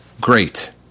great